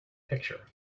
picture